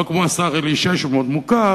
לא כמו השר אלי ישי שהוא מאוד מוכר,